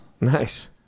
Nice